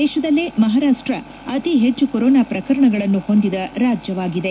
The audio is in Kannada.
ದೇಶದಲ್ಲೇ ಮಹಾರಾಷ್ಟ್ ಅತಿ ಹೆಚ್ಚು ಕೊರೋನಾ ಪ್ರಕರಣಗಳನ್ನು ಹೊಂದಿದ ರಾಜ್ಯವಾಗಿದೆ